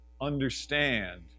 understand